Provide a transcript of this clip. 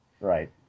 Right